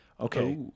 okay